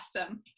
awesome